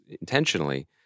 intentionally